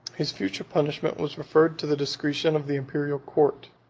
his future punishment was referred to the discretion of the imperial court.